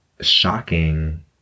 shocking